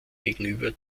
gegenüber